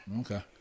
Okay